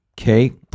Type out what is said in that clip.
Okay